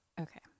Okay